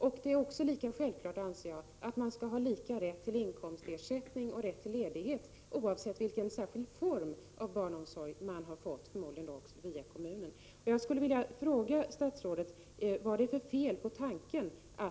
Jag anser att det är lika självklart att man skall ha samma rätt till inkomstersättning och rätt till ledighet, oavsett vilken form av barnomsorg man fått.